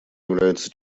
являются